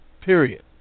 Period